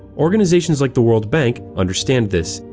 organizations like the world bank understand this.